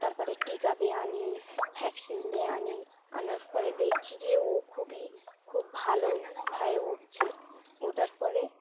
তার পরে টিকা দিয়ে আনি ভ্যাকসিন দিয়ে আনি আনার পরে দেখছি যে ও খুবই খুব ভালোভাবে উঠছে ওঠার পরে